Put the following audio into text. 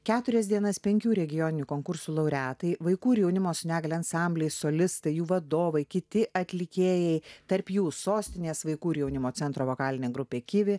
keturias dienas penkių regioninių konkursų laureatai vaikų ir jaunimo su negalia ansambliai solistai jų vadovai kiti atlikėjai tarp jų sostinės vaikų ir jaunimo centro vokalinė grupė kivi